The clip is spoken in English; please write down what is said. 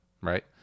right